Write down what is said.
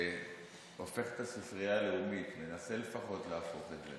הופך את הספרייה הלאומית, מנסה לפחות להפוך את זה,